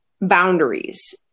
boundaries